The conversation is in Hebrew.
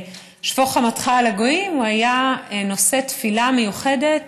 "שפוך חמתך על הגויים" הוא היה נושא תפילה מיוחדת